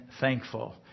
thankful